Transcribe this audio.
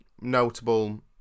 notable